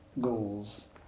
goals